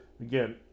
again